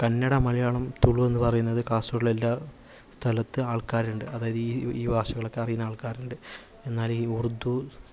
കന്നഡ മലയാളം തുളു എന്നു പറയുന്നത് കാസർഗോഡിലെ എല്ലാ സ്ഥലത്തെ ആൾക്കാരുണ്ട് അതായത് ഈ ഭാഷകളൊക്കെ അറിയുന്ന ആൾക്കാരുണ്ട് എന്നാൽ ഈ ഉറുദു